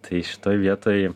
tai šitoj vietoj